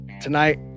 Tonight